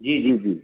जी जी जी